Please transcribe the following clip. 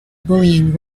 bullying